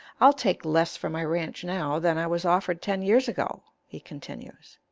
i'll take less for my ranch now than i was offered ten years ago, he continues.